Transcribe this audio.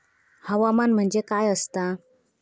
हवामान म्हणजे काय असता?